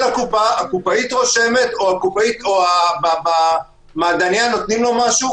הקופאית רושמת או במעדנייה נותנים לו משהו,